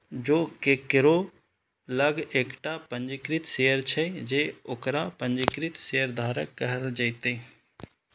जों केकरो लग एकटा पंजीकृत शेयर छै, ते ओकरा पंजीकृत शेयरधारक कहल जेतै